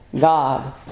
God